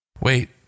Wait